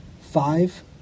five